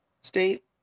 State